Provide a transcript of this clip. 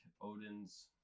Odin's